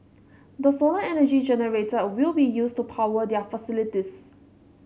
the solar energy generated will be used to power their facilities